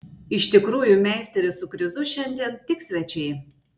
iš tikrųjų meisteris su krizu šiandien tik svečiai